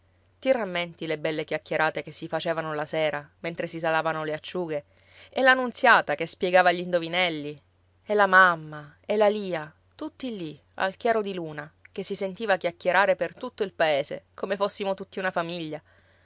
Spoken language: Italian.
ti rammenti le belle chiacchierate che si facevano la sera mentre si salavano le acciughe e la nunziata che spiegava gli indovinelli e la mamma e la lia tutti lì al chiaro di luna che si sentiva chiacchierare per tutto il paese come fossimo tutti una famiglia